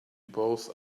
both